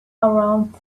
around